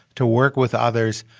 to work with others,